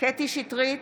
קטי קטרין שטרית,